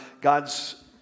God's